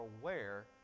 aware